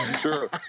Sure